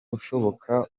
ushoboka